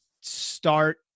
start